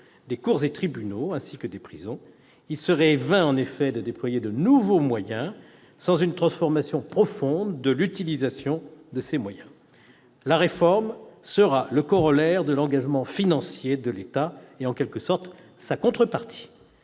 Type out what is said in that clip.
des cours et tribunaux, ainsi que des prisons. Il serait vain, en effet, de déployer de nouveaux moyens sans une transformation profonde de la façon d'utiliser les moyens existants. La réforme sera le corollaire de l'engagement financier de l'État et, en quelque sorte, sa contrepartie.